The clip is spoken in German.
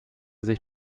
sich